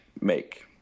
make